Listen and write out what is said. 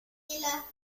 las